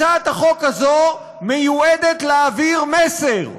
הצעת החוק הזאת מיועדת להעביר מסר,